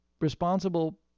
responsible